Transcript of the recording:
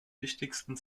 wichtigsten